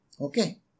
Okay